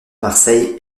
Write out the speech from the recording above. marseille